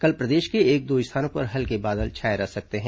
कल प्रदेश के एक दो स्थानों पर हल्के बादल छाए रह सकते हैं